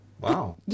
wow